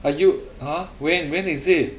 are you !huh! when when is it